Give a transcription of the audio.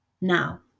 now